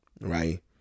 right